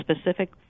specific